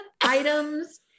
items